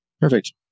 Perfect